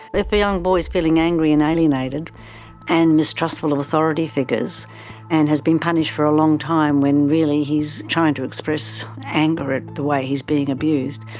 if a young boy is feeling angry and alienated and mistrustful of authority figures and has been punished for a long time when really he's trying to express anger at the way he's being abused,